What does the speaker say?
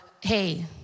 hey